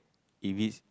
if is